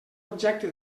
objecte